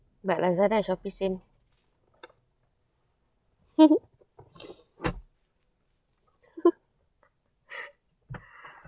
but lazada and shopee same